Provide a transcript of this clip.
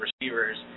receivers